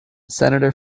senator